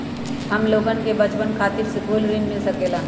हमलोगन के बचवन खातीर सकलू ऋण मिल सकेला?